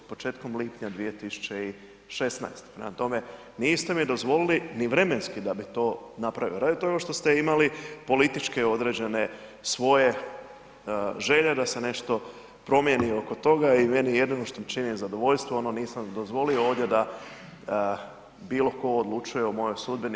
Početkom lipanja 2016. prema tome, niste mi dozvolili ni vremenski da bi to napravili, radi toga što ste imali političke određene, svoje želje, da se nešto promijeni oko toga i meni jedino što mi čini zadovoljstvo, ono nisam dozvolio ovdje da bilo tko odlučuje o mojoj sudbini.